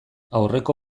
aurreko